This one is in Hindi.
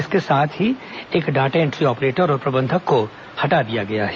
इसके साथ ही एक डाटा एन्ट्री ऑपरेटर और प्रबंधक को हटा दिया गया है